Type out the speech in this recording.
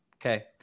Okay